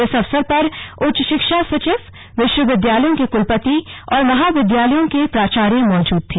इस अवसर पर उच्च शिक्षा सचिव विश्वविद्यालयों के कलपति और महाविद्यालयों के प्राचार्य मौजूद थे